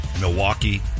Milwaukee